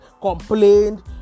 complained